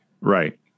Right